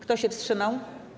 Kto się wstrzymał?